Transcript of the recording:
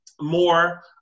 more